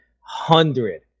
Hundred